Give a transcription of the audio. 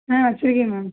வச்சியிருக்கேன் ma'am